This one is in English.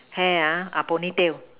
hair ah uh pony tail